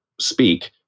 speak